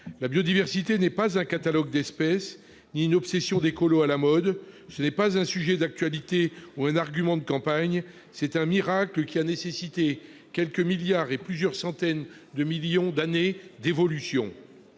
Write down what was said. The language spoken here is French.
La biodiversité n'est pas un catalogue d'espèces ni une obsession d'écolo à la mode ; ce n'est pas un sujet d'actualité ni un argument de campagne ; c'est un « miracle » qui a nécessité quelques milliards et plusieurs centaines de millions d'années d'évolution.